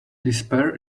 despair